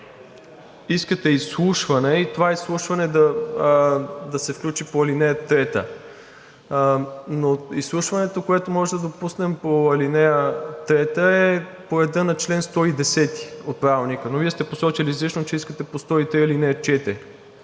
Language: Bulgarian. искате изслушване и това изслушване да се включи по ал. 3. Но изслушването, което можем да допуснем по ал. 3, е по реда на чл. 110 от Правилника. Вие сте посочили изрично, че искате по чл. 103, ал. 4,